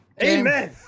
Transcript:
Amen